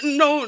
no